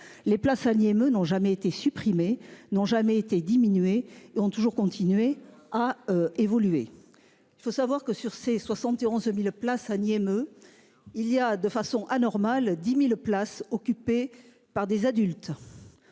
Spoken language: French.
Les places à l'IME n'ont jamais été supprimée n'ont jamais été diminué et ont toujours continuer à évoluer. Il faut savoir que sur ces 71.000 places nié me. Il y a de façon anormale 10.000 places occupées par des adultes.